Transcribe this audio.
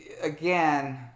again